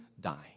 dying